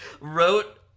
wrote